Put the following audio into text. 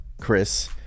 Chris